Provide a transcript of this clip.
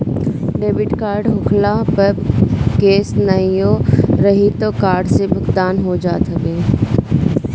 debit card होखला पअ cash नाहियो रही तअ कार्ड से भुगतान हो जात हवे